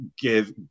give